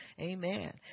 amen